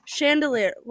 Chandelier